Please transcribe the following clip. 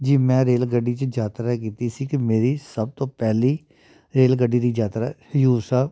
ਜੀ ਮੈਂ ਰੇਲ ਗੱਡੀ 'ਚ ਯਾਤਰਾ ਕੀਤੀ ਸੀ ਕਿ ਮੇਰੀ ਸਭ ਤੋਂ ਪਹਿਲੀ ਰੇਲ ਗੱਡੀ ਦੀ ਯਾਤਰਾ ਹਜ਼ੂਰ ਸਾਹਿਬ